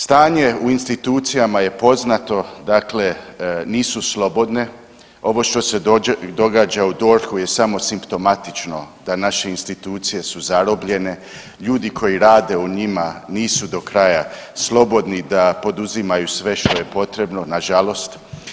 Stanje u institucijama je poznato dakle nisu slobodne, ovo što se događa u DORH-u je samo simptomatično da naše institucije su zarobljene, ljudi koji rade u njima nisu do kraja slobodni da poduzimaju sve što je potrebno nažalost.